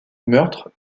meurtre